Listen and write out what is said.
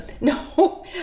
No